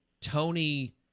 Tony